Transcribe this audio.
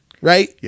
right